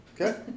Okay